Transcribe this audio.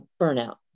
burnout